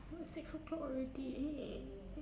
six o'clock already